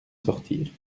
sortir